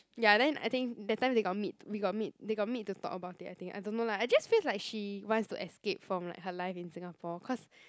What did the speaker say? ya then I think that time they got meet we got meet they got meet to talk about it I think I don't know lah I just feel like she wants to escape from like her life in Singapore cause